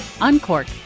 uncork